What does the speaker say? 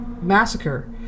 massacre